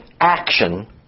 action